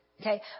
Okay